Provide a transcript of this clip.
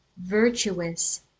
virtuous